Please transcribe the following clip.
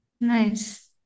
nice